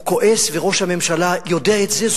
הוא כועס, וראש הממשלה יודע את זה.